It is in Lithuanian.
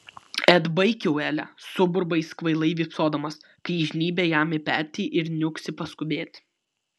et baik jau ele suburba jis kvailai vypsodamas kai žnybia jam į petį ir niuksi paskubėti